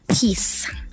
peace